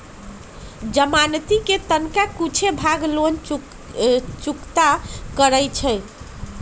जमानती कें तनका कुछे भाग लोन चुक्ता करै छइ